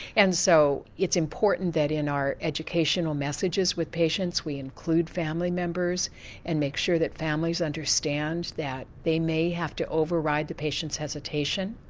and so it's important that in our educational messages with patients we include family members and make sure that families understand that they may have to over-ride the patient's hesitation.